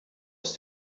ist